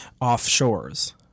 offshores